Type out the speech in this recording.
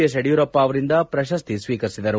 S Yediyurappa ಅವರಿಂದ ಪ್ರಶಸ್ತಿ ಸ್ವೀಕರಿಸಿದರು